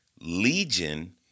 Legion